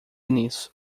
nisso